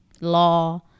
law